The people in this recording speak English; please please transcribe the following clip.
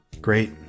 Great